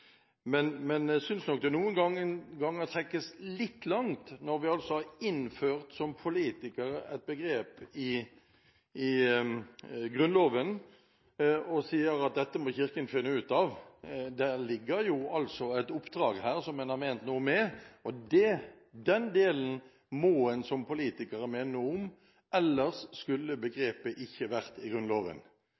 Men jeg synes det noen ganger trekkes litt langt når vi som politikere har innført et begrep i Grunnloven, og så sier at dette må Kirken finne ut av. Det ligger et oppdrag som man har ment noe med her. Den delen må man som politikere mene noe om, ellers skulle begrepet ikke vært i Grunnloven